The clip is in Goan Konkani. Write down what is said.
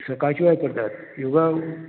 सकाळच्या वेळार करतात योगा म्हणटा तें